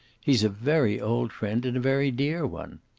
he's a very old friend and a very dear one.